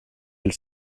elle